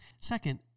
Second